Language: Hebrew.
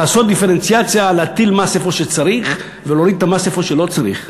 ולעשות דיפרנציאציה: להטיל מס איפה שצריך ולהוריד את המס איפה שלא צריך.